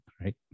right